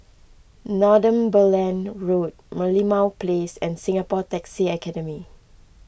Northumberland Road Merlimau Place and Singapore Taxi Academy